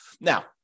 Now